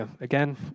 Again